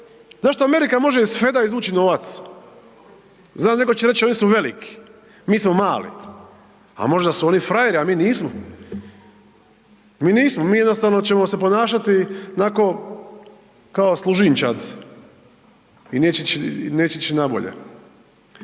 Zašto Amerika može iz svega izvući novac? Znam neko će reć oni su veliki, mi smo mali. Al možda su oni frajeri, a mi nismo? Mi nismo, mi jednostavno ćemo se ponašati nako kao služinčad i neće ići na bolje.